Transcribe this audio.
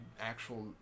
actual